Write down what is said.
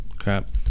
crap